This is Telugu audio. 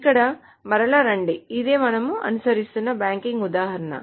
ఇక్కడకు మరల రండి ఇదే మనము అనుసరిస్తున్న బ్యాంకింగ్ ఉదాహరణ